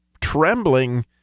trembling